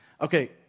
Okay